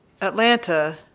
Atlanta